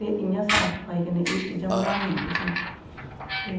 ते इंया साफ सफाई कन्नै एह् चीज़ां बनानियां तुसें ते